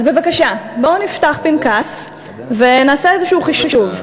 אז בבקשה, בואו נפתח פנקס ונעשה איזשהו חישוב.